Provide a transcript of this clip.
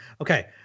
Okay